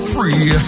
Free